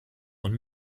und